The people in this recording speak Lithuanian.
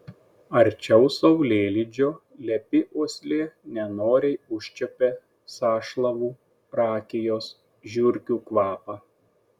arčiau saulėlydžio lepi uoslė nenoriai užčiuopia sąšlavų rakijos žiurkių kvapą